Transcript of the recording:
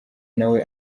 nawe